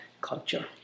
culture